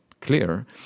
clear